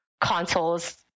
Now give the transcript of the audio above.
consoles